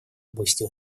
области